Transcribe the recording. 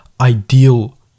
ideal